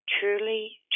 Truly